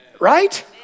Right